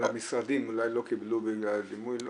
אבל המשרדים אולי לא קיבלו בגלל הדימוי.